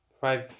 five